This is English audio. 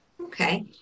Okay